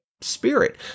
spirit